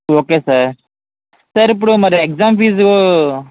okay sir sir ఇప్పుడు మరి exam fee